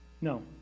no